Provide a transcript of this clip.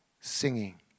singing